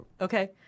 Okay